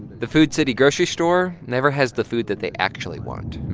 the food city grocery store never has the food that they actually want